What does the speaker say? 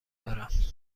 دارم